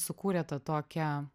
sukūrė tą tokią